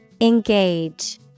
Engage